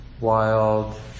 wild